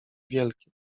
wielkie